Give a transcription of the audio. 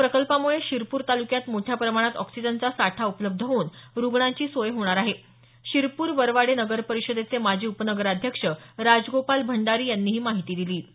या प्रकल्पामुळे शिरपूर तालुक्यात मोठ्या प्रमाणात ऑक्सिजन साठा उपलब्ध होऊन रुग्णांची मोठी सोय होणार आहे अशी माहिती शिरपूर वरवाडे नगर परिषदेचे माजी उपनगराध्यक्ष राजगोपाल भंडारी यांनी दिली